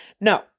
No